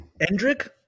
Endrick